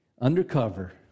undercover